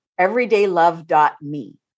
everydaylove.me